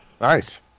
Nice